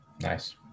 Nice